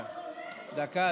דקה.